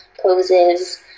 poses